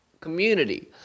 community